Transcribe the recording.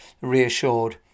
reassured